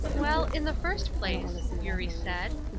well, in the first place, eurie said,